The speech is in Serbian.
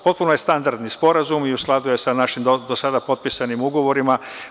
Potpuno je standardni sporazum i u skladu je sa našim do sada potpisanim ugovorima.